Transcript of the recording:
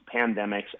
pandemics